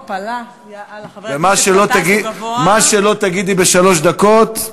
מה שלא תגידי בשלוש דקות,